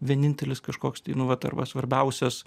vienintelis kažkoks tai nu vat arba svarbiausias